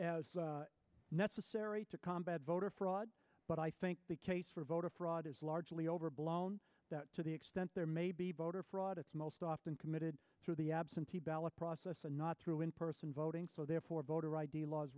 up as necessary to combat voter fraud but i think the case for voter fraud is largely overblown to the extent there may be voter fraud it's most often committed to the absentee ballot process and not through in person voting so therefore voter id laws